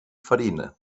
farina